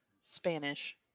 Spanish